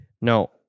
No